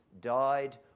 died